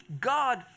God